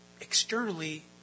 externally